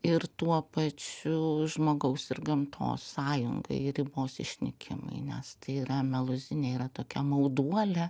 ir tuo pačiu žmogaus ir gamtos sąjungai ir ribos išnykimui nes tai yra meluzinė tokia mauduolė